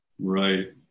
right